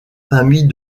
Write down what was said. famille